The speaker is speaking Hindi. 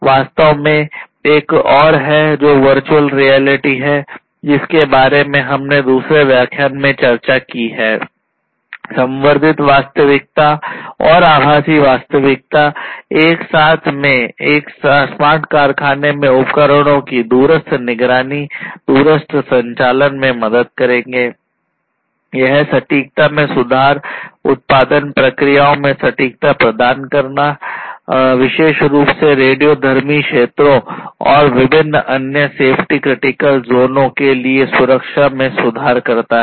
वास्तव में एक और है एक जो वर्चुअल रियलिटी के लिए सुरक्षा में सुधार करता है